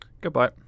Goodbye